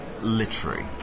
literary